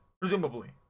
presumably